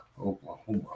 Oklahoma